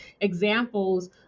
examples